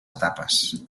etapes